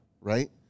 Right